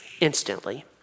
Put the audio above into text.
instantly